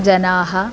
जनाः